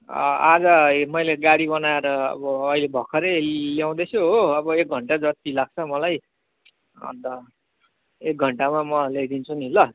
आज मैले गाडी बनाएर अब अहिले भर्खरै ल्याउँदैछु हो अब एक घन्टा जति लाग्छ मलाई अन्त एक घन्टामा म ल्याइदिन्छु नि ल